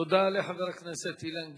תודה לחבר הכנסת אילן גילאון.